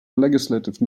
legislative